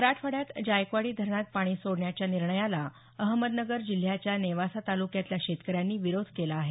मराठवाड्यात जायकवाडी धरणात पाणी सोडण्याच्या निर्णयाला अहमदनगर जिल्ह्याच्या नेवासा तालुक्यातल्या शेतकऱ्यांनी विरोध केला आहे